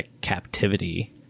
captivity